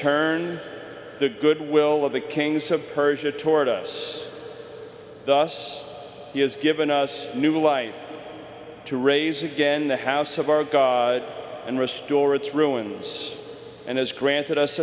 turned the goodwill of the kings of persia toward us thus he has given us a new life to raise again the house of our god and restore its ruins and has granted us